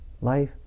Life